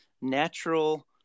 natural